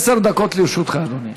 עשר דקות לרשותך, אדוני.